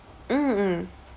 mm mm